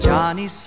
Johnny